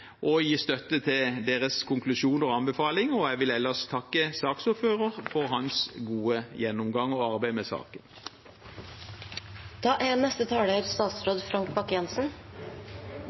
og gi støtte til deres konklusjon og anbefaling. Jeg vil ellers takke saksordføreren for hans gode gjennomgang og arbeid med